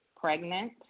Pregnant